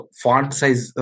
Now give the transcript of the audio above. font-size